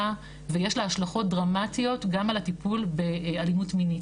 ויש לה השלכות דרמטיות גם על הטיפול באלימות מיני,